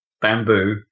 bamboo